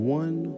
one